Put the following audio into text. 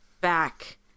back